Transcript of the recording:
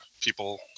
people